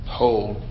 hold